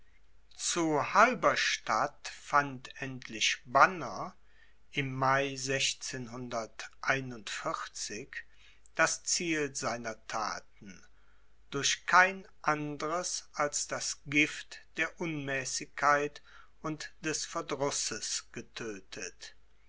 zu halberstadt fand endlich banner im mai das ziel seiner thaten durch kein andres als das gift der unmäßigkeit und des verdrusses getödtet